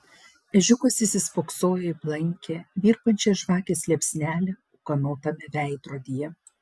ežiukas įsispoksojo į blankią virpančią žvakės liepsnelę ūkanotame veidrodyje